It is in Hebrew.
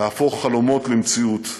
להפוך חלומות למציאות,